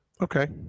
Okay